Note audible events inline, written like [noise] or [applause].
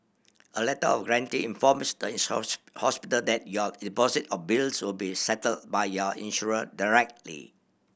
a Letter of Guarantee informs the [unintelligible] hospital that your deposit or bills will be settled by your insurer directly